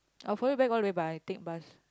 I will follow you back all the way but I take bus